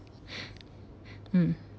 mm